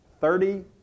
thirty